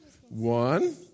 one